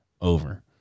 Over